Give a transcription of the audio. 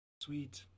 Sweet